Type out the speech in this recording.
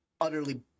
...utterly